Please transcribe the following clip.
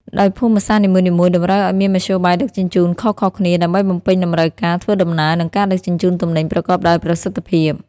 ដោយភូមិសាស្ត្រនីមួយៗតម្រូវឱ្យមានមធ្យោបាយដឹកជញ្ជូនខុសៗគ្នា ដើម្បីបំពេញតម្រូវការធ្វើដំណើរ និងការដឹកជញ្ជូនទំនិញប្រកបដោយប្រសិទ្ធភាព។